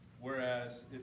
whereas